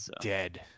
dead